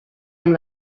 amb